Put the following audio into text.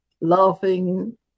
laughing